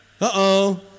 Uh-oh